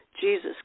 Jesus